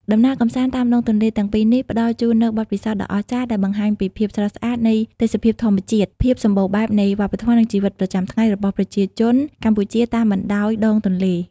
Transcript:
ដំណើរកម្សាន្តតាមដងទន្លេទាំងពីរនេះ ផ្តល់ជូននូវបទពិសោធន៍ដ៏អស្ចារ្យដែលបង្ហាញពីភាពស្រស់ស្អាតនៃទេសភាពធម្មជាតិ ភាពសម្បូរបែបនៃវប្បធម៌ និងជីវិតប្រចាំថ្ងៃរបស់ប្រជាជនកម្ពុជាតាមបណ្តោយដងទន្លេ។